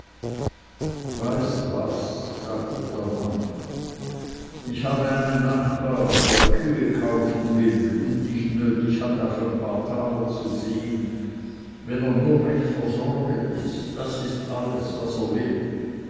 weißt was sagte der mann ich habe einen nachbar der kühe kaufen will und nicht nötig hat auf ein paar taler zu sehen wenn er nur recht versorget ist das ist alles was er will